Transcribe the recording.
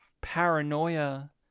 paranoia